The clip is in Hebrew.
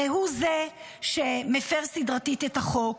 הרי הוא זה שמפר סדרתית את החוק,